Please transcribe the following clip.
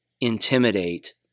intimidate